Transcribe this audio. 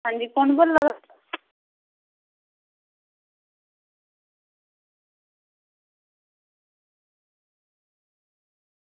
अंजी कुन्न बोल्ला दे